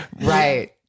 Right